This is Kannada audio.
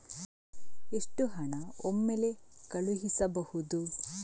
ಎಷ್ಟು ಹಣ ಒಮ್ಮೆಲೇ ಕಳುಹಿಸಬಹುದು?